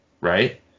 right